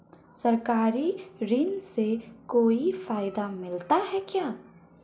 सरकारी ऋण से कोई फायदा मिलता है क्या?